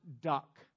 duck